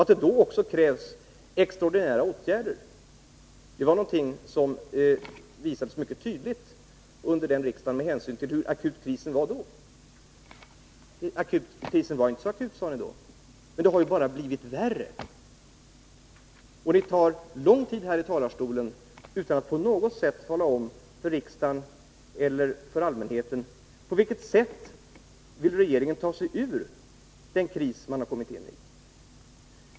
Att det då också krävdes extraordinära åtgärder visade sig mycket tydligt under detta extra riksmöte, med hänsyn till hur akut krisen var. Krisen var inte så akut, sade ni. Men det har ju bara blivit värre! Man tar lång tid på sig här i talarstolen, utan att på något sätt tala om för riksdagen eller för allmänheten hur regeringen vill ta sig ur den kris man har kommit in i.